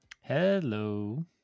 hello